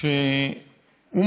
פעם לא